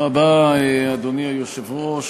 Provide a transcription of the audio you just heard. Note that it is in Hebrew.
אדוני היושב-ראש,